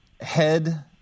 head